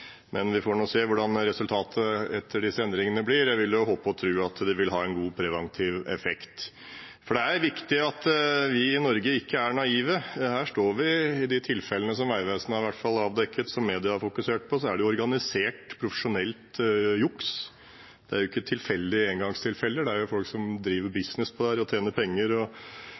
men vi får se hva resultatet blir etter disse endringene. Jeg håper og tror det vil ha en god og preventiv effekt. Det er viktig at vi i Norge ikke er naive. Vi står her overfor – i hvert fall i de tilfellene som Vegvesenet har avdekket, og som media har fokusert på – organisert og profesjonelt juks. Det er ikke tilfeldige engangstilfeller. Dette er folk som driver business og tjener penger på det. Å slippe folk som rett og